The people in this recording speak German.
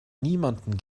niemanden